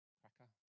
cracker